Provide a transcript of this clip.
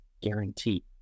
guarantee